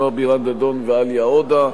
נועה בירן-דדון ועאליה עודה,